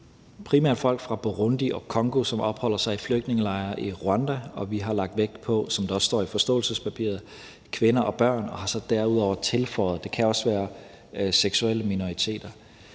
Det er primært folk fra Burundi og Congo, som opholder sig i flygtningelejre i Rwanda, og vi har, som der også står i forståelsespapiret, lagt vægt på kvinder og børn og har så derudover tilføjet, at det også kan være seksuelle minoriteter.